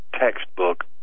textbook